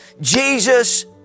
Jesus